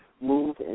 Move